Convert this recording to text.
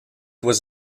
was